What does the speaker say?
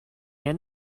end